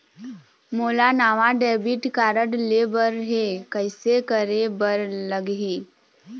मोला नावा debit card लेबर हे, कइसे करे बर लगही?